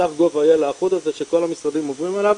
אתר gov.il האחוד שכל המשרדים עוברים אליו,